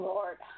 Lord